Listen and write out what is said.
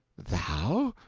thou!